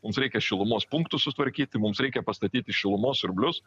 mums reikia šilumos punktus sutvarkyti mums reikia pastatyti šilumos siurblius